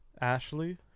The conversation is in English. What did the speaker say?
Ashley